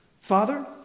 Father